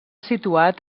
situat